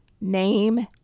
name